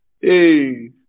Hey